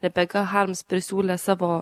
rebeka harms prisiūlė savo